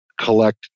collect